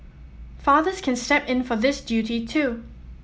fathers can step in for this duty too